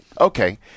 Okay